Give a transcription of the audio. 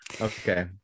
Okay